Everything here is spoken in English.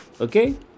Okay